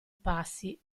passi